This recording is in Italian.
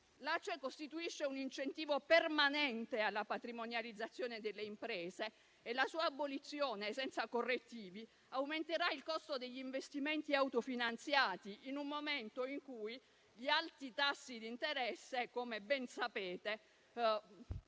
L'ACE costituisce un incentivo permanente alla patrimonializzazione delle imprese e la sua abolizione, senza correttivi, aumenterà il costo degli investimenti, autofinanziati in un momento in cui gli alti tassi di interesse, come ben sapete,